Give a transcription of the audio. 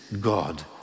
God